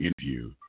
interview